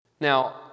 Now